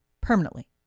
permanently